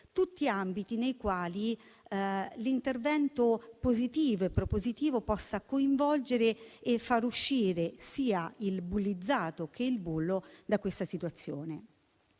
tutti ambiti nei quali l'intervento positivo e propositivo possa coinvolgere e far uscire sia il bullizzato che il bullo da questa situazione.